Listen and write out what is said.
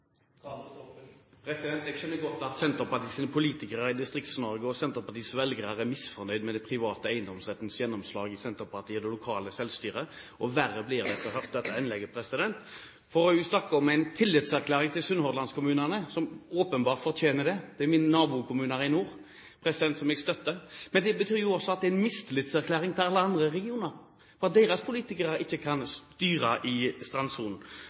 Jeg skjønner godt at Senterpartiets politikere i Distrikts-Norge og Senterpartiets velgere er misfornøyd med den private eiendomsrettens gjennomslag i Senterpartiet og det lokale selvstyret. Verre blir det etter dette innlegget. Hun snakket om en tillitserklæring til Sunnhordland-kommunene, som åpenbart fortjener det. Det er mine nabokommuner i nord, som jeg støtter. Men det betyr også at det er en mistillitserklæring til alle andre regioner, at deres politikere ikke kan styre strandsonen.